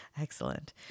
excellent